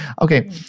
Okay